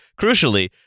crucially